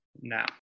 now